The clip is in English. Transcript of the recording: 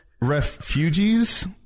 Refugees